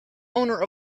owner